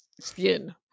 skin